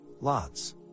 Lots